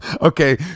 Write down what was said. Okay